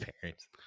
parents